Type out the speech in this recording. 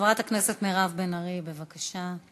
חברת הכנסת מירב בן ארי, בבקשה.